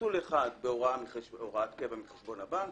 מסלול אחד בהוראת קבע מחשבון הבנק,